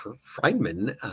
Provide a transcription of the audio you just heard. Friedman